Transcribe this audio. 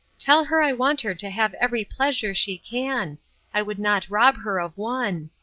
tell her i want her to have every pleasure she can i would not rob her of one.